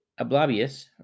Ablabius